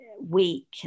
week